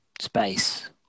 space